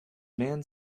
man